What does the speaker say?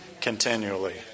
continually